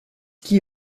qui